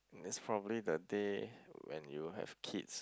it's probably the day when you have kids